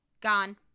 gone